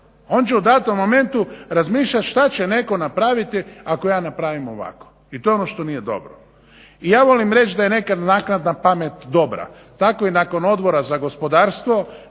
on će u datom momentu razmišljat šta će netko napraviti ako ja napravim ovako. I to je ono što nije dobro. I ja volim reći da je nekad naknadna pamet dobra, tako i nakon Odbora za gospodarstvo